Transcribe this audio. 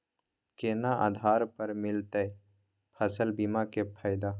केना आधार पर मिलतै फसल बीमा के फैदा?